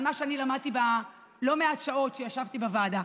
למדתי מלא מעט שעות שבהן ישבתי בוועדה.